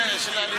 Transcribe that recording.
נחשבים,